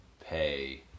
pay